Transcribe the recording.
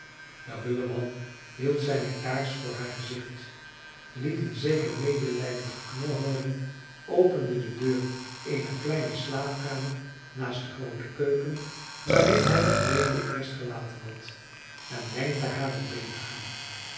de ruwe man hield zijne kaars voor haar gezicht liet een zeker medelijdend geknor hooren opende de deur eener kleine slaapkamer naast de groote keuken waarin hij de vreemden eerst gelaten had en wenkte haar om binnen te gaan